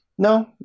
No